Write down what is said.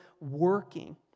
working